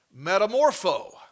Metamorpho